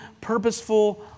purposeful